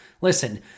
Listen